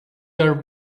are